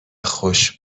خوش